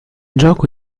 gioco